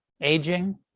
aging